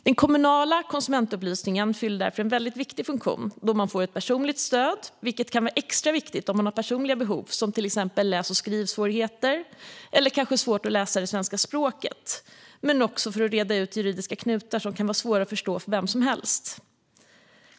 Den kommunala konsumentupplysningen fyller därför en viktig funktion då den ger ett personligt stöd, vilket kan vara extra viktigt om man har personliga behov som exempelvis läs och skrivsvårigheter eller kanske svårigheter att läsa svenska språket, men också då den kan lösa juridiska knutar som kan vara svåra för vem som helst att förstå.